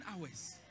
hours